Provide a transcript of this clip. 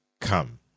come